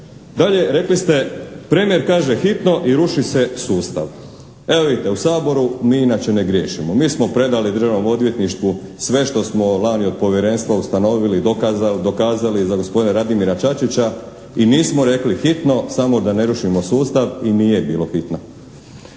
se ne razumije./ kaže hitno i ruši se sustav. Evo vidite, u Saboru mi inače ne griješimo. Mi smo predali Državnom odvjetništvu sve što smo lani od povjerenstva ustanovili, dokazali za gospodina Radimira Čačića i nismo rekli hitno samo da ne rušimo sustav i nije bilo hitno.